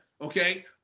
Okay